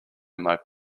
might